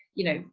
you know,